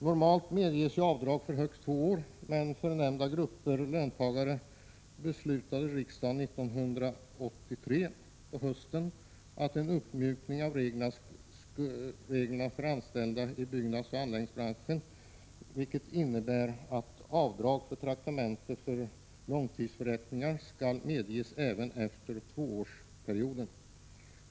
Normalt medges avdrag för högst två år, men riksdagen beslutade på hösten 1983 om en uppmjukning av reglerna för anställda i byggnadsoch anläggningsbranschen, som innebär att avdrag för traktamenten för långtidsförrättning skall medges även efter tvåårsperioden.